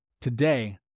Today